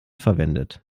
verwendet